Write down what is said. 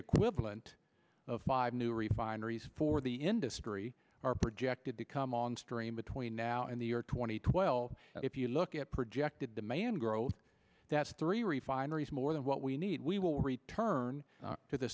equivalent of five new refineries for the industry are projected to come on stream between now and the year two thousand and twelve if you look at projected demand growth that's three refineries more than what we need we will return to the